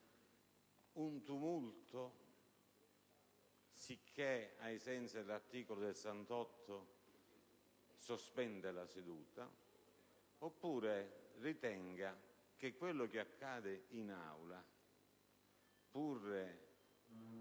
un tumulto, sicché, ai sensi dell'articolo 68, sospende la seduta, oppure ritenere che quello che accade in Aula, pur in